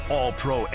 All-Pro